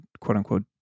quote-unquote